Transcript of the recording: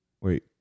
Wait